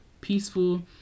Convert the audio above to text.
peaceful